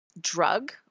drug